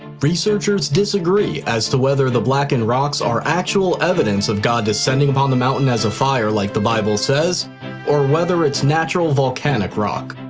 researchers disagree as to whether the blackened rocks are actual evidence of god descending upon the mountain as a fire like the bible says or whether it's natural volcanic rock.